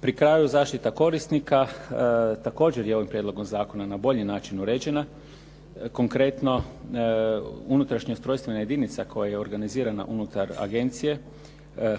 Pri kraju, zaštita korisnika. Također je ovim prijedlogom zakona na bolji način uređena. Konkretno, unutrašnja ustrojstvena jedinica koja je organizirana unutar agencije